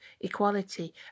equality